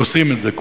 שעושים את זה,